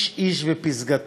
איש איש ופסגתו.